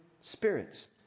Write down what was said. Spirits